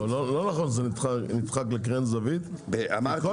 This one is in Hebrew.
זה לא נכון שזה נדחק לקרן זווית כי כל